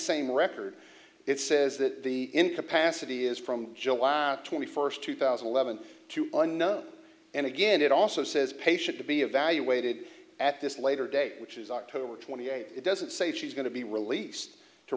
same record it says that the incapacity is from joe out twenty first two thousand and eleven two unknown and again it also says pay should be evaluated at this later date which is october twenty eighth it doesn't say she's going to be released to